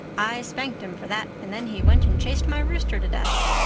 i spanked him for that and then he went and chased my rooster to death.